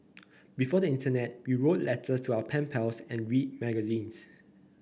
before the internet we wrote letters to our pen pals and read magazines